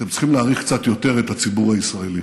אתם צריכים להעריך קצת יותר את הציבור הישראלי.